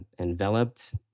enveloped